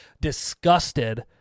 disgusted